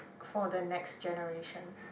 for the next generation